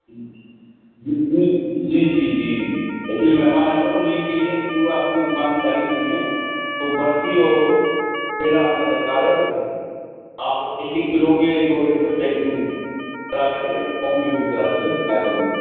جی جی جی جی جی ایکچولی مہمان آئے ہوئے ہیں انہیں کے لیے چونکہ آپ کی دکان کی تعریف سنی ہے تو برفی اور پیڑا ہمیں درکار ہے آپ ایک ایک کلو کے دو ڈبے پیکنگ کرا کر کے ہوم ڈلیوری کرا دیجیے مہربانی ہوگی